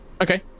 okay